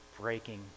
breaking